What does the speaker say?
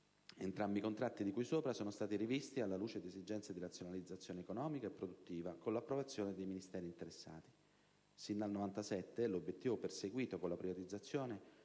Entrambi i contratti in questione, sono stati rivisti alla luce di esigenze di razionalizzazione economica e produttiva, con l'approvazione dei Ministeri interessati.